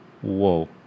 Whoa